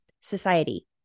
society